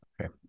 Okay